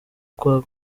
kwa